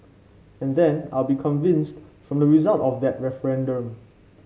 and then I will be convinced from the result of that referendum